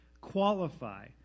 qualify